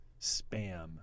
spam –